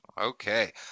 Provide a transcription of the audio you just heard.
Okay